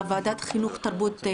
של חברת הכנסת